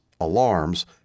alarms